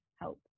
help